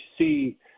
see